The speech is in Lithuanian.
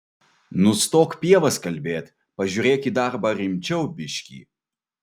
nustok pievas kalbėt pažiūrėk į darbą rimčiau biškį